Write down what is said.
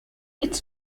its